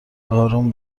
اروم